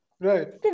Right